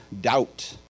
Doubt